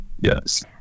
Yes